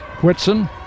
Whitson